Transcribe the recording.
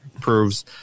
proves